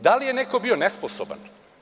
Da li je neko bio nesposoban?